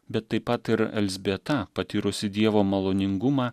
bet taip pat ir elzbieta patyrusi dievo maloningumą